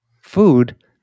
food